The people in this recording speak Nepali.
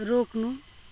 रोक्नु